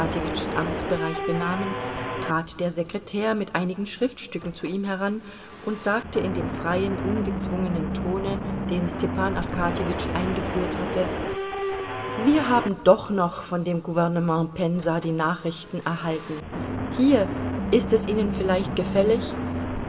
amtsbereich benahmen trat der sekretär mit einigen schriftstücken zu ihm heran und sagte in dem freien ungezwungenen tone den stepan arkadjewitsch eingeführt hatte wir haben doch noch von dem gouvernement pensa die nachrichten erhalten hier ist es ihnen vielleicht gefällig